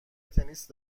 تنیس